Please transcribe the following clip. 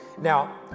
Now